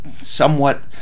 somewhat